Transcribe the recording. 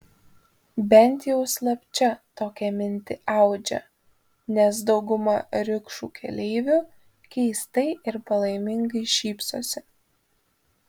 bent jau slapčia tokią mintį audžia nes dauguma rikšų keleivių keistai ir palaimingai šypsosi